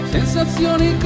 sensazioni